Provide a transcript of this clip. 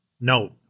No